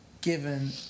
given